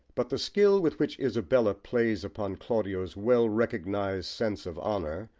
but the skill with which isabella plays upon claudio's well-recognised sense of honour,